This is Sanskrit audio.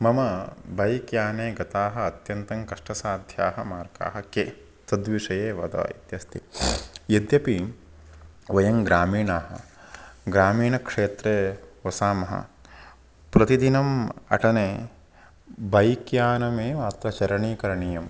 मम बैक् याने गताः अत्यन्तं कष्टसाध्याः मार्गाः के तद्विषये वद इत्यस्ति यद्यपि वयं ग्रामीणाः ग्रामीणक्षेत्रे वसामः प्रतिदिनम् अटने बैक् यानमेव अत्र शरणीकरणीयं